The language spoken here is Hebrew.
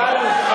הבנו.